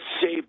save